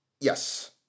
Yes